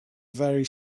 very